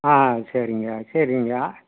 ஆ சரிங்க சரிங்க